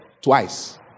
twice